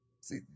See